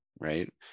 right